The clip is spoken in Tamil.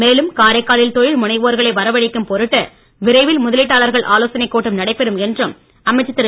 மேலும் காரைக்காலில் தொழில் முனைவோர்களை வரவழைக்கும் பொருட்டு விரைவில் முதலீட்டாளர்கள் ஆலோசனை கூட்டம் நடைபெறும் என்றும் அமைச்சர் திரு